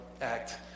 act